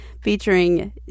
featuring